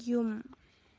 ꯌꯨꯝ